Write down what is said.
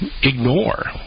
ignore